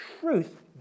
truth